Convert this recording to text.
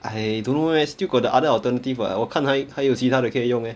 I don't know leh still got the other alternative [what] 我看他还有其他的可以用 eh